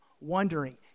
wondering